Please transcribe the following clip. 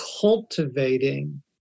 cultivating